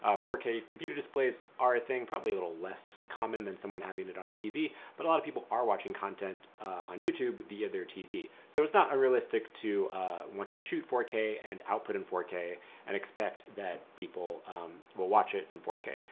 four k computer displays are a thing probably a little less common than someone having it on a tv but a lot of people are watching content on youtube via their tv so it's not realistic to want to shoot four k and output in four k and expect that people will watch it in four k.